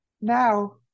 now